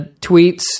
tweets